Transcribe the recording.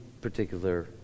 particular